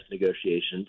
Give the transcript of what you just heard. negotiations